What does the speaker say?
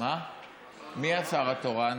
מי השר התורן?